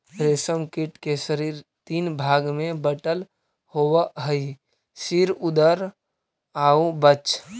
रेशम कीट के शरीर तीन भाग में बटल होवऽ हइ सिर, उदर आउ वक्ष